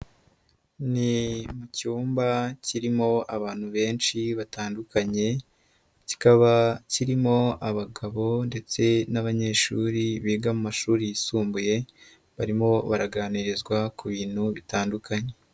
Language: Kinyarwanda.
Ni mu cyumba kirimo abantu benshi batandukanye, kikaba kirimo abagabo ndetse n'abanyeshuri biga amashuri yisumbuye, barimo baraganirizwa ku bintu bitandukanye.